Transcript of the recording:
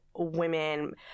women